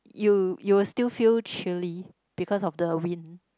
you you will still feel chilly because of the wind